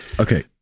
Okay